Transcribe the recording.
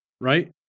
right